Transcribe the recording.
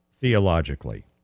theologically